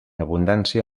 abundància